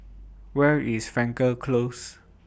Where IS Frankel Close